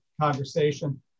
conversation